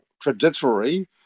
trajectory